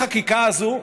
לחקיקה הזו,